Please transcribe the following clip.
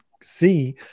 see